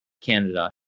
Canada